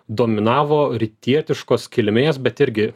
dominavo rytietiškos kilmės bet irgi